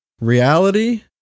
Reality